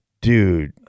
Dude